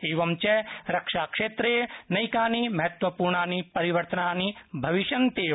एवञ्च रक्षाक्षेत्रे नैकानि महत्वपूर्णानि परिवर्तनानि भविष्यन्त्येव